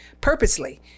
purposely